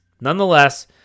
Nonetheless